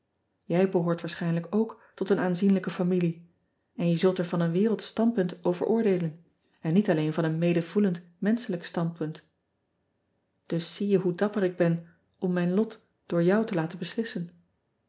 ij behoort waarschijnlijk ook tot een aanzienlijke familie en je zult er van een wereldsch standpunt over oordeelen en niet alleen van een medevoelend menschelijk standpunt us zie je hoe dapper ik ben om mijn lot door jou te laten beslissen